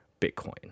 Bitcoin